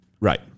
Right